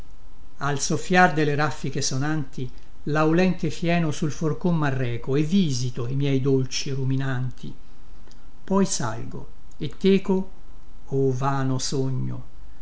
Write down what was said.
al soffiar delle raffiche sonanti laulente fieno sul forcon marreco e visito i miei dolci ruminanti poi salgo e teco o vano sogno